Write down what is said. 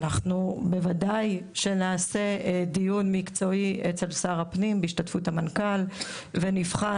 אנחנו בוודאי שנעשה דיון מקצועי אצל שר הפנים בהשתתפות המנכ"ל ונבחן